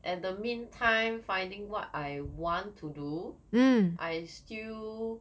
at the meantime finding what I want to do I still